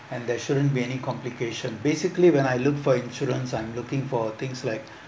and there shouldn't be any complication basically when I look for insurance I'm looking for things like